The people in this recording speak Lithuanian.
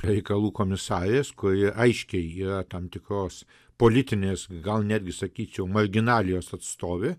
reikalų komisarės kuri aiškiai yra tam tikros politinės gal netgi sakyčiau marginalijos atstovė